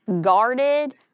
guarded